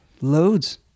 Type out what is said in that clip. Loads